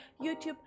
YouTube